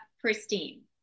pristine